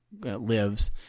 lives